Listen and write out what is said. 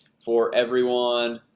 for everyone